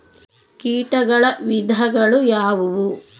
ಕೇಟಗಳ ವಿಧಗಳು ಯಾವುವು?